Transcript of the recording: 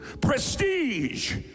Prestige